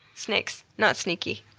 snakes not sneaky.